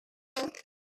again